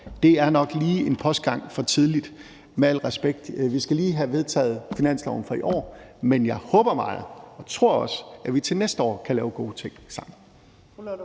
respekt – en postgang for tidligt at sige noget om. Vi skal lige have vedtaget finansloven for i år. Men jeg håber meget – og tror også – at vi til næste år kan lave gode ting sammen.